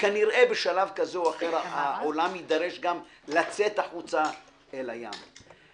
וכנראה בשלב כזה או אחר העולם יידרש גם לצאת החוצה אל הים.